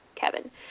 Kevin